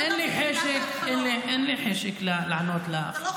טלי, אין לי חשק לענות לך.